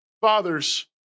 Fathers